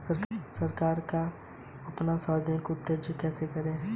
सरकार का बैंकर के रूप में भारतीय रिज़र्व बैंक अपना सांविधिक उत्तरदायित्व कैसे निभाता है?